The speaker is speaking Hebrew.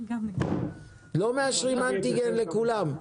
לא מאשרים אנטיגן לכולם,